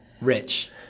Rich